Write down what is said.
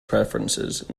preferences